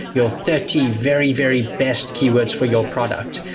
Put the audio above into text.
your thirty very, very best keywords for your product.